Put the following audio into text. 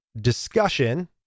discussion